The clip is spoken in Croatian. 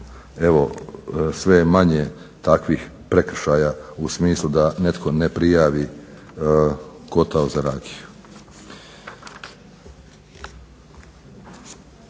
evo sve je manje takvih prekršaja u smislu da netko ne prijavi kotao za rakiju.